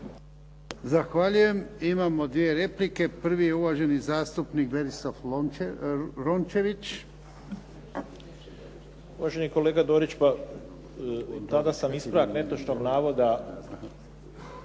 Zahvaljujem. Imamo dvije replike. Prvi je uvaženi zastupnik Berislav Rončević. **Rončević, Berislav (HDZ)** Uvaženi kolega Dorić, pa tada sam ispravak netočnog navoda